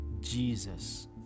Jesus